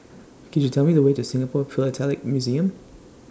Could YOU Tell Me The Way to Singapore Philatelic Museum